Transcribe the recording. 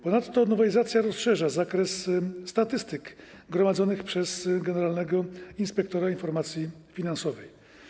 Ponadto nowelizacja rozszerza zakres statystyk gromadzonych przez generalnego inspektora informacji finansowej.